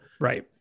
Right